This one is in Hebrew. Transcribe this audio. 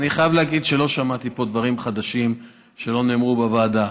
אני חייב להגיד שלא שמעתי פה דברים חדשים שלא נאמרו בוועדה.